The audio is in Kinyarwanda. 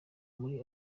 muri